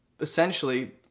essentially